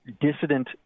dissident